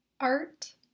Art